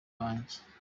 banjye